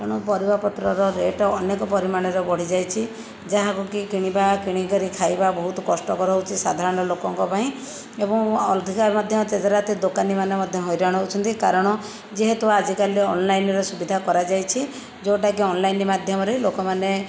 କଣ ପରିବା ପତ୍ରର ରେଟ ଅନେକ ପରିମାଣରେ ବଢ଼ି ଯାଇଛି ଯାହାକୁ କିଣିବା କିଣିକରି ଖାଇବା ବହୁତ କଷ୍ଟକର ହେଉଛି ସାଧାରଣ ଲୋକଙ୍କ ପାଇଁ ଏବଂ ଅଧିକା ମଧ୍ୟ ତେଜେରାତି ଦୋକାନି ମାନେ ମଧ୍ୟ ହଇରାଣ ହେଉଛନ୍ତି କାରଣ ଯେହେତୁ ଆଜିକାଲି ଅନଲାଇନ୍ ରେ ସୁବିଧା କରାଯାଇଛି ଯୋଉଟାକି ଅନଲାଇନ୍ ମାଧ୍ୟମରେ ଲୋକମାନେ